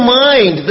mind